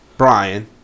Brian